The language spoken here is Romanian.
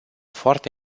foarte